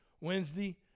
Wednesday